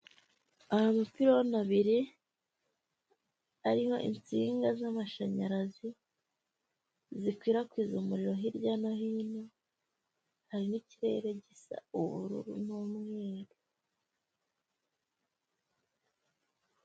Amapironi abiri ariho insinga z'amashanyarazi, zikwirakwiza umuriro hirya no hino hari n'ikirere gisa ubururu n'umweru.